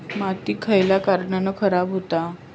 माती खयल्या कारणान खराब हुता?